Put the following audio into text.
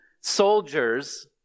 soldiers